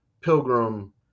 Pilgrim